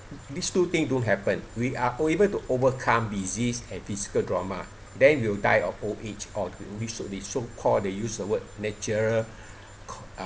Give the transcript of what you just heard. this two thing don't happen we are able to overcome disease and physical trauma then you will die of old age or we so so called they used the word natural uh